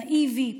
נאיבי,